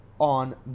on